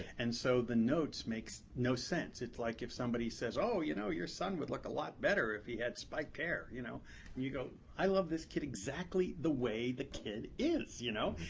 and so the notes makes no sense. it's like if somebody says, oh, you know, your son would look a lot better if he had spiked hair. you know and you go, i love this kid exactly the way the kid is, you know,